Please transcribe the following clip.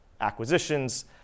acquisitions